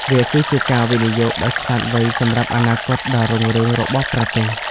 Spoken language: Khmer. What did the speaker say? វាគឺជាការវិនិយោគដ៏ឆ្លាតវៃសម្រាប់អនាគតដ៏រុងរឿងរបស់ប្រទេស។